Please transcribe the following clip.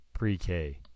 pre-k